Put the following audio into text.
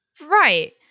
right